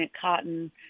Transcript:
cotton